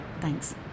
Thanks